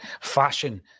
fashion